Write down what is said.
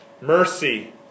Mercy